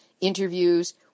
interviews